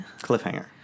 Cliffhanger